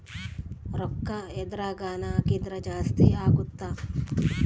ರೂಕ್ಕ ಎದ್ರಗನ ಹಾಕಿದ್ರ ಜಾಸ್ತಿ ಅಗುತ್ತ